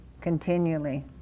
continually